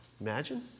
Imagine